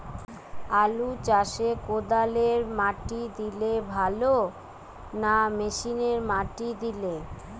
আলু চাষে কদালে মাটি দিলে ভালো না মেশিনে মাটি দিলে?